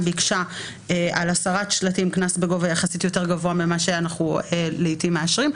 על הסרת שלטים ירושלים ביקשה קנס יותר גבוה ממה שאנחנו לעיתים מאשרים,